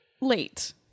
late